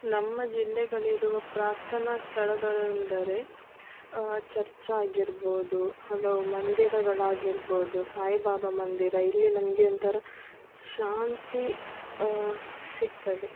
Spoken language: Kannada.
ನಮ್ಮ ಜಿಲ್ಲೆಗಳಿರುವ ಪ್ರಾರ್ಥನಾ ಸ್ಥಳಗಳೆಂದರೆ ಚರ್ಚ್ ಆಗಿರ್ಬೋದು ಹಲವು ಮಂದಿರಗಳಾಗಿರ್ಬೋದು ಸಾಯಿಬಾಬಾ ಮಂದಿರ ಇಲ್ಲಿ ನಮಗೆ ಒಂಥರ ಶಾಂತಿ ಸಿಗ್ತದೆ